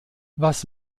was